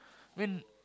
when